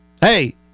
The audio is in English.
Hey